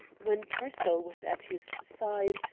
when pearsall was at his side,